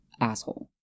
asshole